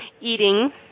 eating